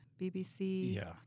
BBC